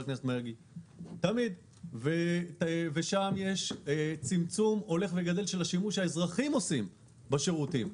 שם יש צמצום הולך וגדל של השימוש שהאזרחים עושים בשירותים.